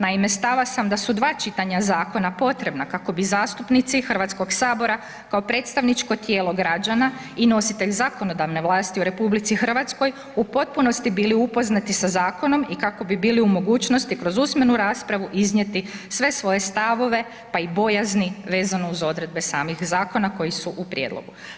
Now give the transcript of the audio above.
Naime, stava sam da su 2 čitanja zakona potrebna kako bi zastupnici HS-a kao predstavničko tijelo građana i nositelj zakonodavne vlasti u RH u potpunosti bili upoznati sa zakonom i kako bi bili u mogućnosti kroz usmenu raspravu iznijeti sve svoje stavove, pa i bojazni vezano uz odredbe samih zakona koji su u prijedlogu.